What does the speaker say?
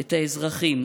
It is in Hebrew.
את האזרחים,